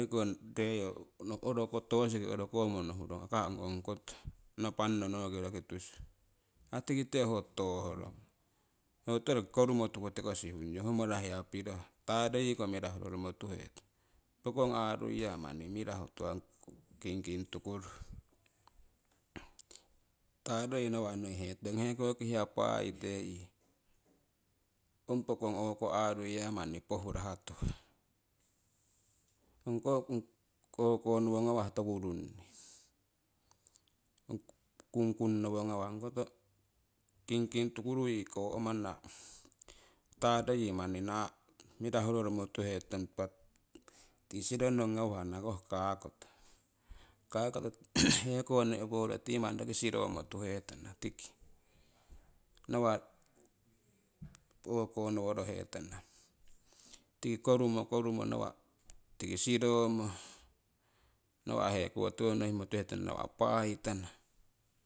leo oroko toosiki orokomo no'rong akai ong ongkoto, napanno nokiroki tushu. Aii tikite ho toohrong ho koto roki korummo tuku sihung yong ho mara hia pirohah taroyii ko mirahu roromo tuhetong pookong aaruiya manni mirahu tuuhah kingking tukuru taroyii nawa' nooki he tong hekoki hiya paai tee, ong pookong aaruiya manni poohurah tuhah. Ong koh o'ko nowo ngawah toku runnii ong kungkung nowo ngawah. Kingking tukuru yii koo'mana taaro yii manni mirahu roromo tuhetong tii siro nong ngawah, anakoh kakoto, kakoto heko ne' woro tii manni siromo nong tuhetana tiki nawa' o'ko ngoworo hetana tii korumo korumo tiki siromo nawa' hekowotiwo nohimo tuhetana nawah paai tana